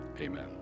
amen